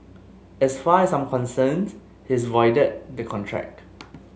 as far as I'm concerned he's voided the contract